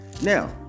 now